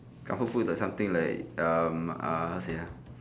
comfort food got something like um how to say uh